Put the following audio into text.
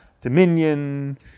Dominion